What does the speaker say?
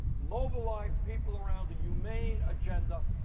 mobilize people around the humane agenda,